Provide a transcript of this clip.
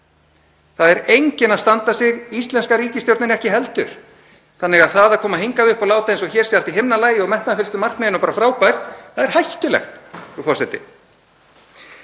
Það er enginn að standa sig, íslenska ríkisstjórnin ekki heldur. Það að koma hingað upp og láta eins og hér sé allt í himnalagi og metnaðarfyllstu markmiðin og bara frábært, er hættulegt, frú forseti.